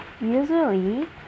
usually